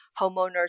homeowners